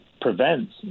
prevents